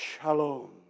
shalom